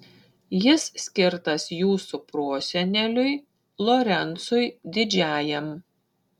jis skirtas jūsų proseneliui lorencui didžiajam